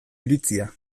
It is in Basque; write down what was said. iritzia